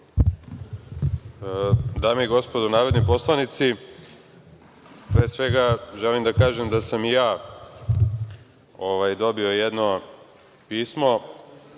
Dame i gospodo narodni poslanici, pre svega, želim da kažem da sam i ja dobio jedno pismo